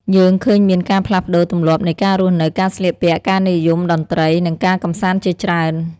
យើងឃើញមានការផ្លាស់ប្ដូរទម្លាប់នៃការរស់នៅ ការស្លៀកពាក់ ការនិយមតន្ត្រី និងការកម្សាន្តជាច្រើន។